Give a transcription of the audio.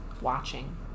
watching